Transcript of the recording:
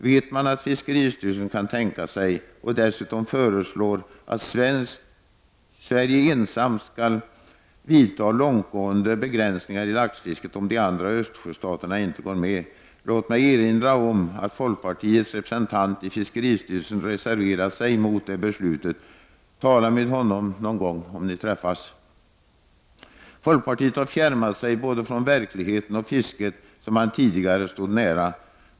Vet man att fiskeristyrelsen kan tänka sig och dessutom kommer att föreslå att Sverige ensamt skall vidta långtgående begränsningar i laxfisket om de andra Östersjöstaterna inte går med? Låt mig erinra om att folkpartiets representant i fiskeristyrelsen har reserverat sig mot det beslutet. Tala med honom, om ni träffas någon gång! Folkpartiet har fjärmat sig både från verkligheten och från fisket, som man tidigare stod nära.